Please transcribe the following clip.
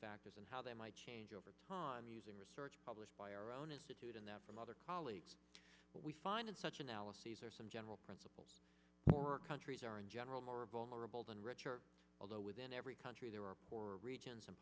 factors and how they might change over time using research published by our own institute and that from other colleagues we find in such analyses are some general principles or countries are in general more vulnerable than richer although within every country there are four regions and